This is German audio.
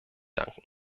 danken